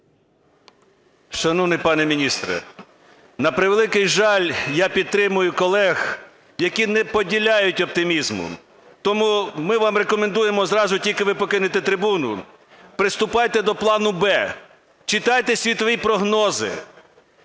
Шановний пане міністре! На превеликий жаль, я підтримую колег, які не поділяють оптимізму. Тому ми вам рекомендуємо, тільки ви зразу покинете трибуну, приступайте до плану "Б", читайте світові прогнози.